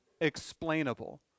explainable